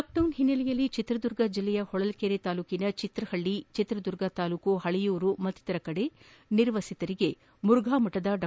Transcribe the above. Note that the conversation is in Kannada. ಲಾಕ್ಡೌನ್ ಹಿನ್ನೆಲೆಯಲ್ಲಿ ಚಿತ್ರದುರ್ಗ ಜಿಲ್ಲೆಯ ಹೊಳಲ್ಲೆರೆ ತಾಲ್ಲೂಕಿನ ಚಿತ್ರಹಳ್ಳಿ ಚಿತ್ರದುರ್ಗ ತಾಲ್ಲೂಕಿನ ಪಳಿಯೂರು ಮತ್ತಿತರ ಕಡೆಗಳಲ್ಲಿ ನಿರ್ವಸತಿಗರಿಗೆ ಮುರುಘಾಮಠದ ಡಾ